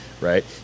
right